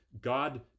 God